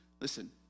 Listen